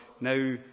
Now